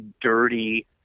dirty